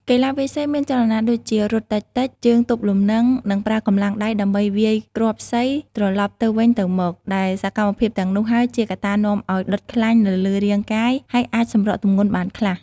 កីឡាវាយសីមានចលនាដូចជា រត់តិចៗ ជើងទប់លំនឹង និងប្រើកម្លាំងដៃដើម្បីវាយគ្រាប់សីត្រឡប់ទៅវិញទៅមក ដែលសកម្មភាពទាំងនោះហើយ ជាកត្តានាំឱ្យដុតខ្លាញ់នៅលើរាងកាយ ហើយអាចសម្រកទម្ងន់បានខ្លះ។